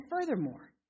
furthermore